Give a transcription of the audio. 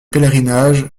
pèlerinage